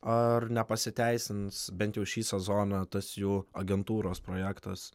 ar nepasiteisins bent jau šį sezoną tas jų agentūros projektas